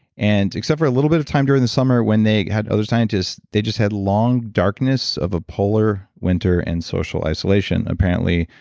and except for a little bit of time during the summer when they had other scientists, they just had long darkness of a polar winter and social isolation. apparently,